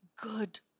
good